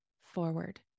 forward